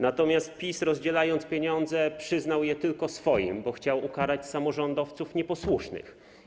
Natomiast PiS, rozdzielając pieniądze, przyznał je tylko swoim, bo chciał ukarać samorządowców nieposłusznych.